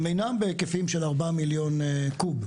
הם אינם בהיקפים של ארבעה מיליון קוב.